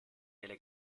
delle